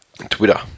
Twitter